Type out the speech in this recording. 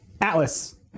Atlas